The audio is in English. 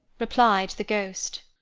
replied the ghost.